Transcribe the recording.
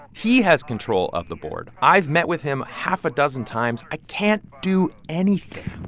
he has control of the board. i've met with him half a dozen times. i can't do anything